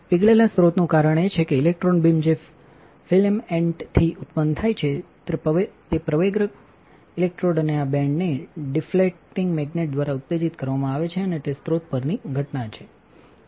પીગળેલા સ્રોતનું કારણ એ છે કેઇલેક્ટ્રોન બીમજે ફિલેમ એન્ટથી ઉત્પન્ન થાય છેતે પ્રવેગક ઇલેક્ટ્રોડ અને આ બેન્ડને ડિફ્લેક્ટીંગ મેગ્નેટ દ્વારાઉત્તેજિત કરવામાંઆવે છે અને તે સ્રોત પરની ઘટના છે